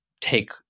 take